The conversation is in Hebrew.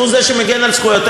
הוא זה שמגן על זכויותיך?